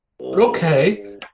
Okay